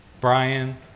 Brian